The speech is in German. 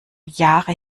jahre